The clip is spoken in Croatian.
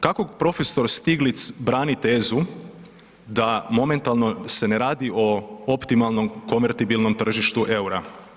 Kako profesor Stiglitz brani tezu da momentalno se ne radi o optimalnom, konvertibilnom tržištu eura?